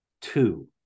two